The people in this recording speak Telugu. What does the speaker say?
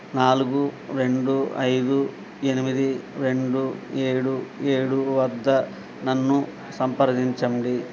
నాలుగు రెండు ఐదు ఎనిమిది రెండు ఏడు ఏడు వద్ద నన్ను సంప్రదించండి